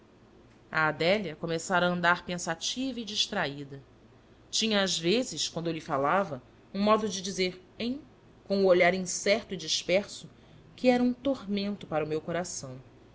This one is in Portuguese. a adélia começara a andar pensativa e distraída tinha às vezes quando eu lhe falava uni modo de dizer hem com o olhar incerto e disperso que era um tormento para o meu coração